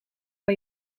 bij